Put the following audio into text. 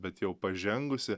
bet jau pažengusi